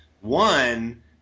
one